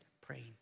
praying